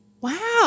Wow